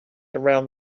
around